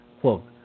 quote